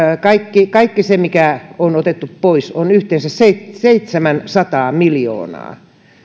kaikki kaikki se mikä on otettu pois on yhteensä seitsemänsataa miljoonaa